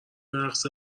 رقص